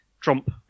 Trump